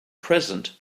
present